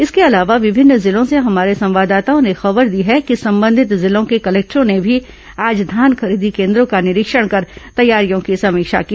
इसके अलावा विभिन्न जिलों से हमारे संवाददाताओं ने खबर दी है कि संबंधित जिलों के कलेक्टरों ने भी आज धान खरीदी केन्द्रों का निरीक्षण कर तैयारियों की समीक्षा की